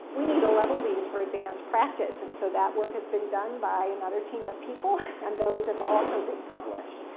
we need to level these for advance practice, and so that work has been done by another team of people, and those have also been published.